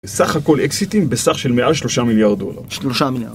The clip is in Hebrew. בסך הכל אקסיטים בסך של 103 מיליארד דולר. 3 מיליארד.